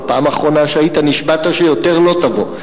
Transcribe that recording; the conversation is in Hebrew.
בפעם האחרונה שהיית נשבעת שיותר לא תבוא,